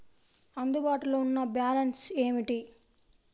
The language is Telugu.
అందుబాటులో ఉన్న బ్యాలన్స్ ఏమిటీ?